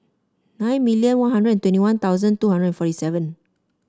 nine million One Hundred and twenty One Thousand two hundred forty seven